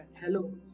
Hello